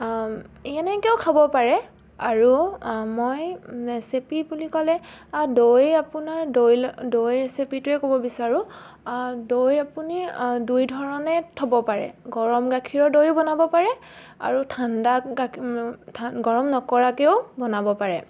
এনেকেও খাব পাৰে আৰু মই ৰেচিপি বুলি ক'লে দৈ আপোনাৰ দৈ ল দৈ ৰেচিপিটোৱে ক'ব বিচাৰোঁ দৈ আপুনি দুই ধৰণে থ'ব পাৰে গৰম গাখীৰৰ দৈও বনাব পাৰে আৰু ঠাণ্ডা গাক গৰম নকৰাকেও বনাব পাৰে